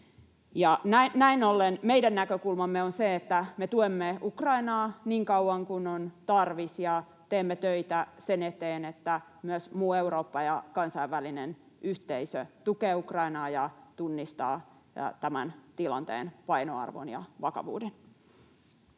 Näin ollen meidän näkökulmamme on se, että me tuemme Ukrainaa niin kauan kuin on tarvis ja teemme töitä sen eteen, että myös muu Eurooppa ja kansainvälinen yhteisö tukee Ukrainaa ja tunnistaa tämän tilanteen painoarvon ja vakavuuden.